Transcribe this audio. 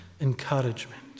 encouragement